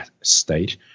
state